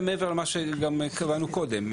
זה מעבר למה שגם ראינו קודם.